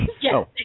yes